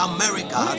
America